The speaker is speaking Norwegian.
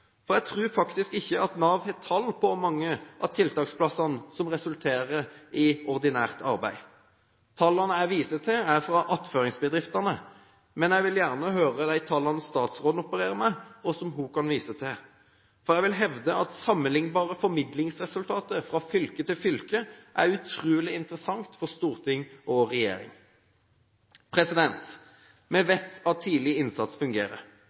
for jeg tror faktisk ikke at Nav har tall på hvor mange av tiltaksplassene som resulterer i ordinært arbeid. Tallene jeg viser til, er fra attføringsbedriftene. Men jeg vil gjerne høre de tallene statsråden opererer med, og som hun kan vise til, for jeg vil hevde at sammenliknbare formidlingsresultater fra fylke til fylke er utrolig interessant for storting og regjering. Vi vet at tidlig innsats fungerer.